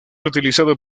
utilizado